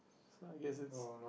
so I guess it's